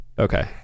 Okay